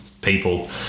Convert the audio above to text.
people